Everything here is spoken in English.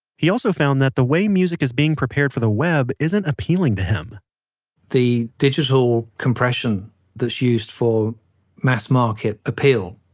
he also found that the way music is being prepared for the web isn't appealing to him the digital compression that's used for mass market appeal,